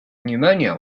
pneumonia